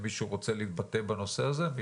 אם מישהו רוצה להתבטא בנושא הזה.